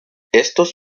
estos